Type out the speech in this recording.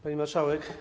Pani Marszałek!